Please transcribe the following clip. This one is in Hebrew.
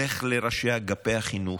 לך לראשי אגפי החינוך.